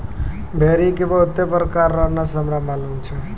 भेड़ी के बहुते प्रकार रो नस्ल हमरा मालूम छै